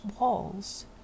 walls